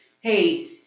hey